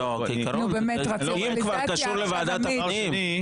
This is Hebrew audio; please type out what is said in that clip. אם כבר, זה קשור לוועדת הפנים.